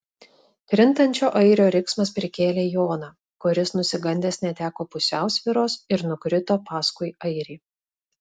krintančio airio riksmas prikėlė joną kuris nusigandęs neteko pusiausvyros ir nukrito paskui airį